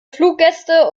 fluggäste